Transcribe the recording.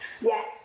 Yes